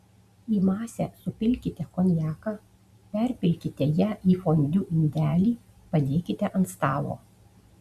į masę supilkite konjaką perpilkite ją į fondiu indelį padėkite ant stalo